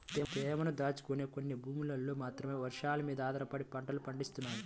తేమను దాచుకునే కొన్ని భూముల్లో మాత్రమే వర్షాలమీద ఆధారపడి పంటలు పండిత్తన్నారు